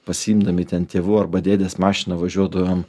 pasiimdami ten tėvų arba dėdės mašiną važiuodavom